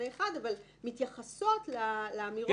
ומתייחסות לאמירות שהיו בבג"צ.